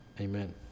amen